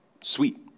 sweet